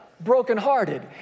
brokenhearted